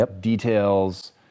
details